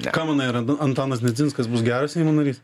ką manai ar an antanas nedzinskas bus geras seimo narys